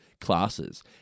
classes